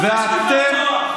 אתה עושה שטיפת מוח.